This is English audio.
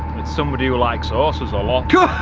it's somebody who likes horses a lot a